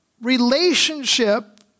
relationship